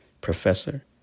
Professor